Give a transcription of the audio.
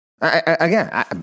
Again